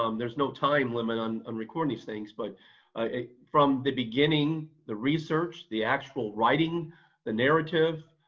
um there's no time limit on on recording these things, but from the beginning, the research, the actual writing the narrative,